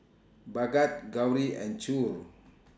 Bhagat Gauri and Choor